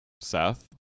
Seth